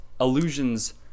illusions